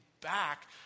back